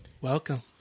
Welcome